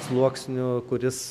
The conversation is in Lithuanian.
sluoksniu kuris